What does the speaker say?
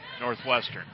Northwestern